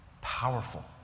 Powerful